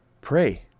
pray